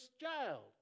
child